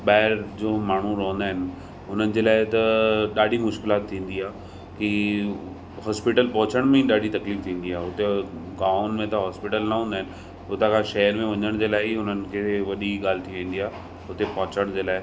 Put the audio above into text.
ॿाइर जो माण्हू रहंदा आहिनि उन्हनि जे लाइ त ॾाढी मुश्किलात थींदी आहे की हॉस्पिटल पहुचण में ई ॾाढी तकलीफ़ थींदी आहे हुते गामनि में त हॉस्पिटल न हुंदा आहिनि हुतां खां शहर में वञण जे लाइ हुननि खे वॾी गाल्ह थी वेंदी आहे हुते पोहचण जे लाइ